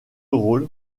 rôle